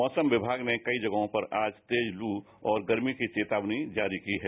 मौसम विवाग ने कई जगहों पर आज तेज लू और गर्मी की चेतावनी जारी की है